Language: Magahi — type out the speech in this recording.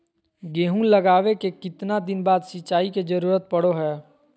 गेहूं लगावे के कितना दिन बाद सिंचाई के जरूरत पड़ो है?